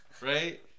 Right